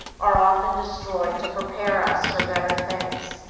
are often destroyed to prepare us for better things.